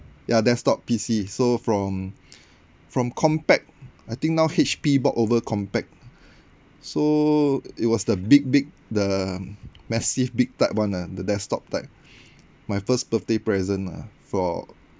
ya desktop P_C so from from compaq I think now H_P bought over compaq so it was the big big the massive big type [one] lah the desktop type my first birthday present lah for